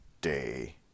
day